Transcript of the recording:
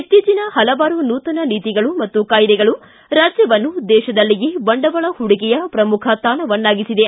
ಇತ್ತೀಚಿನ ಹಲವಾರು ನೂತನ ನೀತಿಗಳು ಮತ್ತು ಕಾಯ್ದೆಗಳು ರಾಜ್ಯವನ್ನು ದೇಶದಲ್ಲಿಯೇ ಬಂಡವಾಳ ಹೂಡಿಕೆಯ ಶ್ರಮುಖ ತಾಣವನ್ನಾಗಿಸಿದೆ